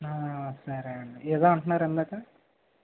సరే అండి ఏదో అంటున్నారు ఇందాక